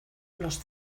los